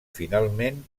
finalment